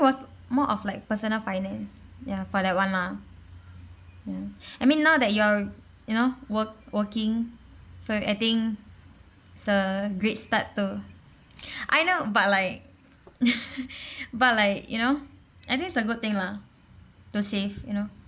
was more of like personal finance ya for that one lah I mean now that you're you know work working so I think it's a great start to I know but like but like you know I think it's a good thing lah to save you know